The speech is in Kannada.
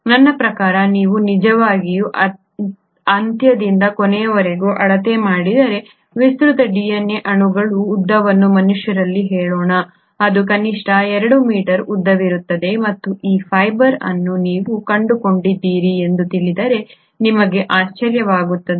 ನನ್ನ ಪ್ರಕಾರ ನೀವು ನಿಜವಾಗಿಯೂ ಅಂತ್ಯದಿಂದ ಕೊನೆಯವರೆಗೆ ಅಳತೆ ಮಾಡಿದರೆ ವಿಸ್ತೃತ DNA ಅಣುಗಳ ಉದ್ದವನ್ನು ಮನುಷ್ಯರಲ್ಲಿ ಹೇಳೋಣ ಅದು ಕನಿಷ್ಠ 2 ಮೀಟರ್ ಉದ್ದವಿರುತ್ತದೆ ಮತ್ತು ಈ ಫೈಬರ್ ಅನ್ನು ನೀವು ಕಂಡುಕೊಂಡಿದ್ದೀರಿ ಎಂದು ತಿಳಿದರೆ ನಿಮಗೆ ಆಶ್ಚರ್ಯವಾಗುತ್ತದೆ